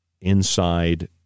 inside